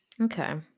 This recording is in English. Okay